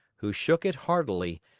who shook it heartily,